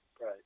Right